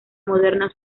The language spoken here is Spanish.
moderna